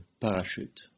parachute